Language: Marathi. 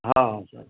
हां हां सर